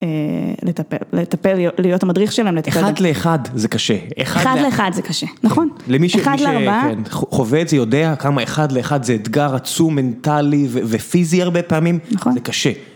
לטפל, להיות המדריך שלהם, לתקדם. אחד לאחד זה קשה. אחד לאחד זה קשה, נכון. אחד לארבעה. למי שחווה את זה יודע כמה אחד לאחד זה אתגר עצום מנטלי ופיזי הרבה פעמים. נכון. זה קשה.